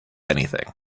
anything